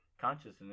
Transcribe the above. consciousness